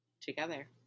together